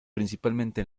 principalmente